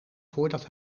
voordat